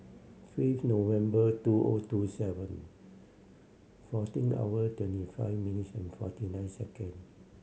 fifth November two O two seven fourteen hour twenty five minutes and forty nine second